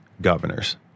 governors